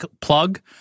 plug